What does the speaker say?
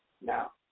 Now